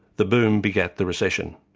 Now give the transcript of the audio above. the boom begat the recession.